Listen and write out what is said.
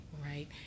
Right